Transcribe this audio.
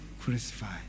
crucified